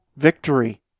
Victory